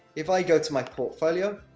if i go to my portfolio,